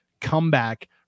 comeback